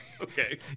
Okay